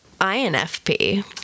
INFP